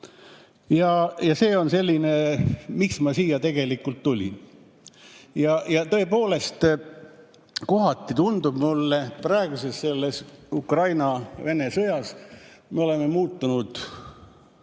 nad siin olid. Miks ma siia tegelikult tulin? Tõepoolest, kohati tundub mulle praeguses selles Ukraina-Vene sõjas, me oleme muutunud